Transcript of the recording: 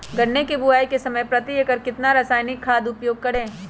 गन्ने की बुवाई के समय प्रति एकड़ कितना रासायनिक खाद का उपयोग करें?